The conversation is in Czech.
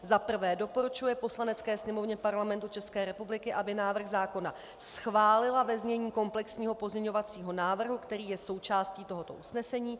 1. doporučuje Poslanecké sněmovně Parlamentu České republiky, aby návrh zákona schválila ve znění komplexního pozměňovacího návrhu, který je součástí tohoto usnesení,